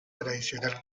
tradicional